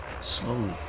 Slowly